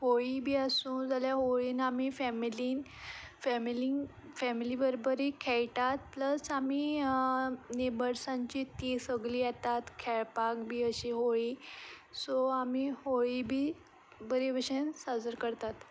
होळी बी आसूं जाल्यार होळीन आमी फेमिलीन फेमिलींक फेमिली बराबर एक खेळटात प्लस आमी न्हेबर्सांचीं तीं सगळीं येतात खेळपाक बी अशी होळी सो आमी होळी बी बरे भाशेन साजर करतात